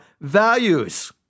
values